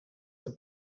the